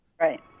Right